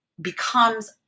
becomes